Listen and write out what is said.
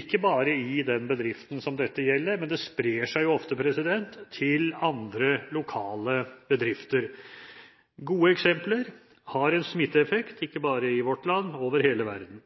ikke bare i den bedriften som dette gjelder, men det sprer seg ofte til andre, lokale bedrifter. Gode eksempler har en smitteeffekt, ikke bare i vårt land, men over hele verden.